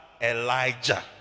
Elijah